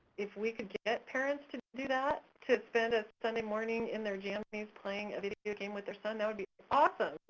if we could get parents to do that, to spend a sunday morning in their jammies playing a video game with their son, that would be awesome!